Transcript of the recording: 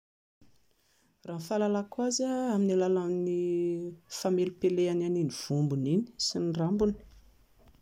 Raha ny fahalalako azy, amin'ny alalan'ny famelipelehany an'iny vombony iny sy ny rambony.